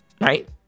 right